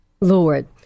Lord